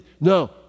no